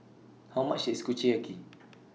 How much IS Kushiyaki